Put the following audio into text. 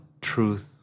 truth